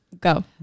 go